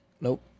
nope